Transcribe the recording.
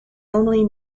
normally